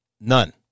None